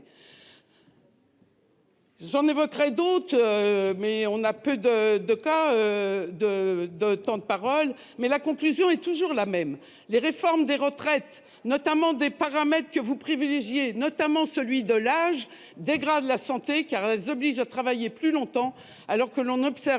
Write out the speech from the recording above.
en évoquer d'autres, mais mon temps de parole est contraint. Quoi qu'il en soit, la conclusion est toujours la même : les réformes des retraites, notamment des paramètres que vous privilégiez, en particulier celui de l'âge, dégradent la santé, car elles obligent à travailler plus longtemps, alors que l'on observe